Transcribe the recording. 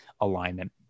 alignment